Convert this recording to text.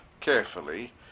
carefully